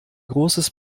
großes